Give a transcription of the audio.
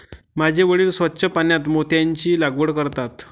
माझे वडील स्वच्छ पाण्यात मोत्यांची लागवड करतात